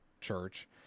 church